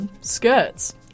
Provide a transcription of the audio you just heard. skirts